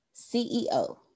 CEO